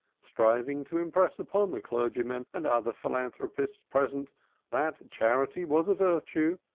striving to impress upon the clergymen and other philanthropists present that charity was a virtue,